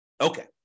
Okay